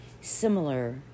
similar